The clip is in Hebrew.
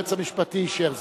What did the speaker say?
היועץ המשפטי אישר זאת.